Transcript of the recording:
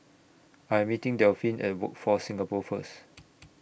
I Am meeting Delphin At Workforce Singapore First